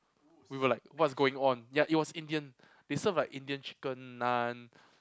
we were like what's going on yeah it was Indian they served like Indian chicken naan